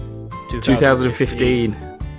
2015